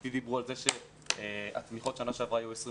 איתי דיברו על זה שהתמיכות שנה שעברה